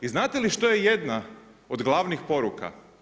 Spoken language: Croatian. I znate li što je jedna od glavnih poruka?